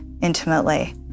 intimately